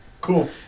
Cool